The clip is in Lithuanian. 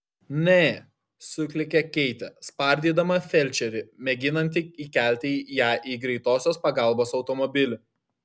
neh suklykė keitė spardydama felčerį mėginantį įkelti ją į greitosios pagalbos automobilį